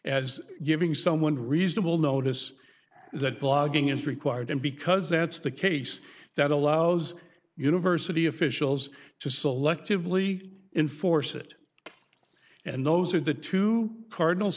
as giving someone reasonable notice that blogging is required and because that's the case that allows university officials to selectively enforce it and those are the two cardinal